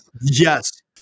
Yes